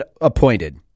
appointed